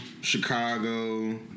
Chicago